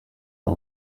are